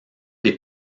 des